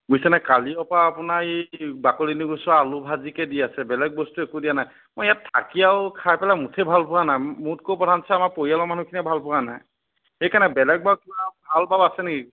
বুজিছে নাই কালিৰে পৰা আপোনাৰ এই বাকলি নুগুচোৱা আলু ভাজিকে দি আছে বেলেগ বস্তু একো দিয়া নাই মই ইয়াত থাকি আৰু খাই পেলাই মুঠেই ভাল পোৱা নাই মোতকৈও প্ৰধান হৈছে আমাৰ পৰিয়ালৰ মানুহখিনিয়ে ভাল পোৱা নাই সেইকাৰণে বেলেগ বাৰু কিবা ভাল বাৰু আছে নেকি